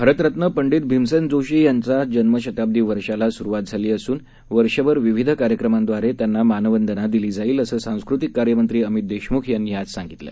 भारतरत्नपंडितभीमसेनजोशीयांच्याजन्मशताब्दीवर्षाला सुरुवात झाली असून वर्षभर विविध कार्यक्रमांद्वारे त्यांना मानवंदना दिली जाईल असं सांस्कृतिक कार्यमंत्री अमित देशमुख यांनी आज सांगितलं